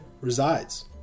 resides